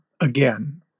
again